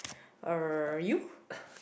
uh you